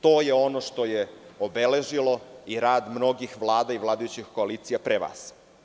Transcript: To je ono što je obeležilo rad mnogih vlada i vladajućih koalicija pre vas.